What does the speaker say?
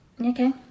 Okay